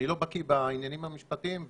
אני לא בקי בעניינים המשפטיים,